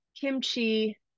kimchi